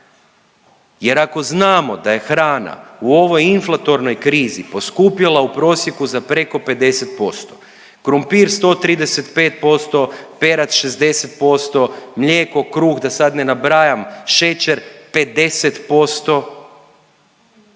Jer ako znamo da je hrana u ovoj inflatornoj krizi poskupila u prosjeku za preko 50%, krumpir 135%, perad 60%, mlijeko, kruh da sad ne nabrajam šećer 50%